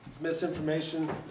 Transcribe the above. misinformation